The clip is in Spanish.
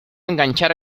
enganchar